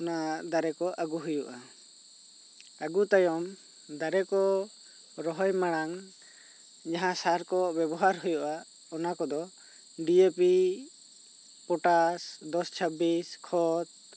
ᱚᱱᱟ ᱫᱟᱨᱮ ᱠᱚ ᱟᱹᱜᱩ ᱦᱩᱭᱩᱜ ᱟ ᱟᱹᱜᱩ ᱛᱟᱭᱚᱢ ᱫᱟᱨᱮ ᱠᱚ ᱨᱚᱦᱚᱭ ᱢᱟᱲᱟᱝ ᱡᱟᱦᱟ ᱫᱟᱨ ᱠᱚ ᱵᱮᱵᱦᱟᱨ ᱦᱩᱭᱩᱜ ᱟ ᱚᱱᱟᱠᱚᱫᱚ ᱰᱤ ᱮ ᱯᱤ ᱯᱚᱴᱟᱥ ᱫᱚᱥ ᱪᱷᱟᱵᱤᱵᱤᱥ ᱠᱷᱚᱛ